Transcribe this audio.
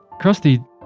Krusty